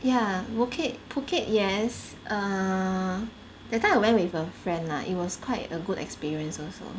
ya Phuket Phuket yes err that time I went with a friend lah it was quite a good experience also